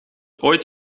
ooit